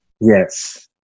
Yes